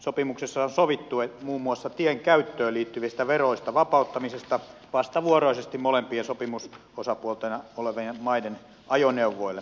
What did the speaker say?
sopimuksessa on sovittu muun muassa tienkäyttöön liittyvistä veroista vapauttamisesta vastavuoroisesti molempien sopimusosapuolina olevien maiden ajoneuvoille